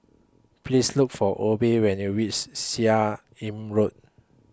Please Look For Obe when YOU REACH Seah Im Road